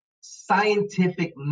scientific